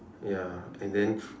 ya and then